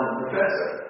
professor